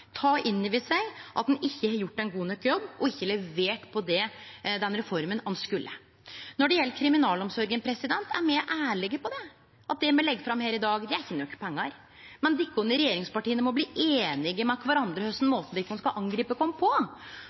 ta inn over seg at ein ikkje har gjort ein god nok jobb, og ikkje har levert på reforma slik ein skulle. Når det gjeld kriminalomsorga, er me ærlege på at det me legg fram her i dag, ikkje er nok pengar, men de i regjeringspartia må bli einige med kvarandre om kva slags måte de skal angripe oss på.